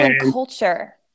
culture